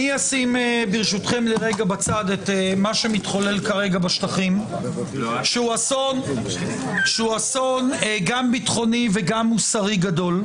אשים לרגע בצד את מה שמתחולל כרגע בשטחים שהוא אסון בטחוני ומוסרי גדול.